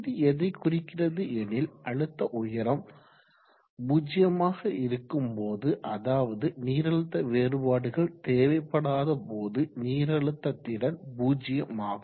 இது எதை குறிக்கிறது எனில் அழுத்த உயரம் 0 ஆக இருக்கும் போது அதாவது நீரழுத்த வேறுபாடுகள் தேவைப்படாத போது நீரழுத்த திறன் 0 ஆகும்